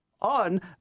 on